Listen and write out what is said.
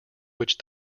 which